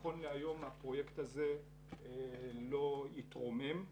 נכון להיום הפרויקט הזה לא התרומם.